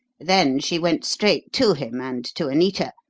then she went straight to him and to anita,